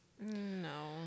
no